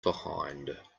behind